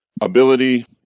ability